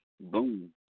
boom